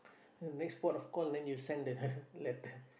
next port of call then you send the letter